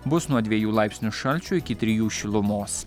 bus nuo dviejų laipsnių šalčio iki trijų šilumos